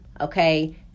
okay